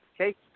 Okay